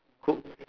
cook